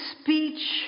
speech